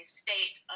state